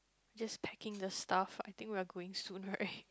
just packing the stuff I think we are going soon right